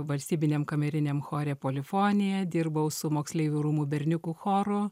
valstybiniam kameriniam chore polifonija dirbau su moksleivių rūmų berniukų choru